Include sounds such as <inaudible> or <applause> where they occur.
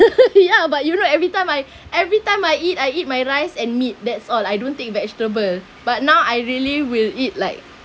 <laughs> ya but you know everytime I everytime I eat I eat my rice and meat that's all I don't take vegetable but now I really will eat like